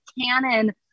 canon